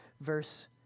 verse